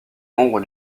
membre